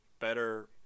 better